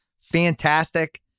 fantastic